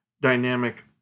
Dynamic